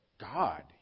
God